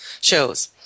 Shows